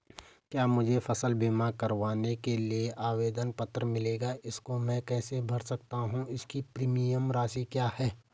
क्या मुझे फसल बीमा करवाने के लिए आवेदन पत्र मिलेगा इसको मैं कैसे भर सकता हूँ इसकी प्रीमियम राशि क्या है?